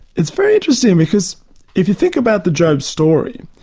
it's very interesting because if you think about the job story,